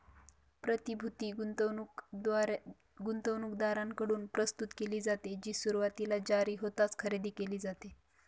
प्रतिभूती गुंतवणूकदारांकडून प्रस्तुत केली जाते, जी सुरुवातीला जारी होताच खरेदी केली जाते